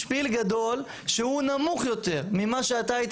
שפיל גדול שהוא נמוך יותר ממה שאתה היית